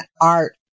art